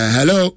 Hello